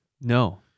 No